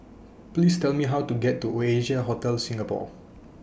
Please Tell Me How to get to Oasia Hotel Singapore